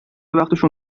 وقتشون